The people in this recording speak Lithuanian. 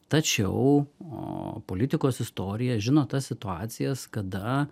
tačiau politikos istorija žino tas situacijas kada